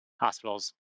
hospitals